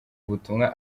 ubutumwa